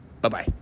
Bye-bye